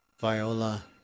Viola